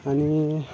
आणि